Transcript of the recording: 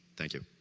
thank you